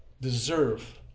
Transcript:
deserve